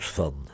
van